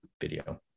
video